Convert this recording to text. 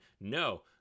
no